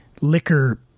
liquor